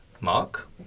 Mark